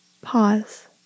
pause